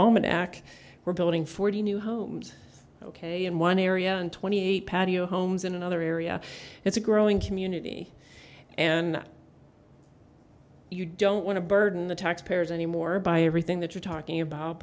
allman ak we're building forty new homes ok in one area and twenty eight patio homes in another area it's a growing community and you don't want to burden the taxpayers any more by everything that you're talking about